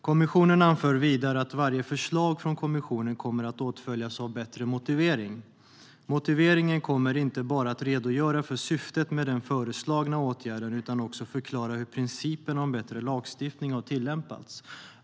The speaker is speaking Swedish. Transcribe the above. Kommissionen anför vidare att varje förslag från kommissionen kommer att åtföljas av en bättre motivering. Motiveringen kommer inte bara att redogöra för syftet med den föreslagna åtgärden utan också förklara hur principerna om bättre lagstiftning har tillämpats.